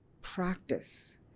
practice